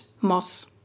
Moss